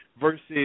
versus